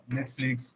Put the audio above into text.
Netflix